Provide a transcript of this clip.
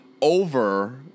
over